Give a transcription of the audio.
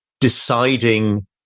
deciding